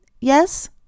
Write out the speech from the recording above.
yes